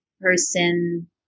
person